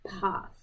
path